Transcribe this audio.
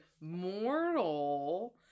mortal